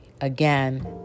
again